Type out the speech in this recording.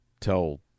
tell